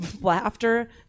laughter